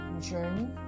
journey